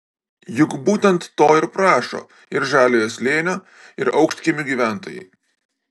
juk būtent to ir prašo ir žaliojo slėnio ir aukštkiemių gyventojai